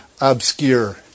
obscure